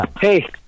Hey